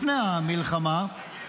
לפני המלחמה,